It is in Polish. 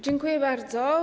Dziękuję bardzo.